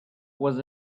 was